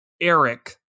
Eric